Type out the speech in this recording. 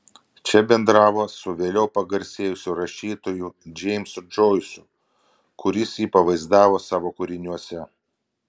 čia bendravo su vėliau pagarsėjusiu rašytoju džeimsu džoisu kuris jį pavaizdavo savo kūriniuose